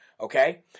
Okay